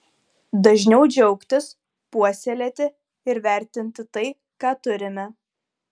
dažniau džiaugtis puoselėti ir vertinti tai ką turime